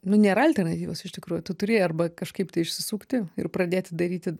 nu nėra alternatyvos iš tikrųjų tu turi arba kažkaip tai išsisukti ir pradėti daryti